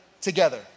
together